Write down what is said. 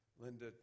Linda